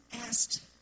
asked